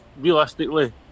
realistically